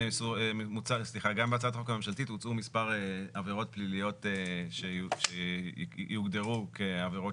גם בהצעת החוק הממשלתית הוצעו מספר עבירות פליליות שיוגדרו כעבירות